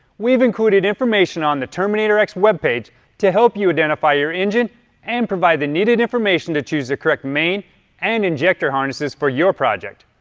we've included information on the terminator x web page to help you identify your engine and provide the needed information to choose the correct main and injector harnesses for your project.